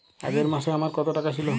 আগের মাসে আমার কত টাকা ছিল?